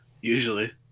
usually